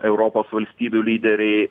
europos valstybių lyderiai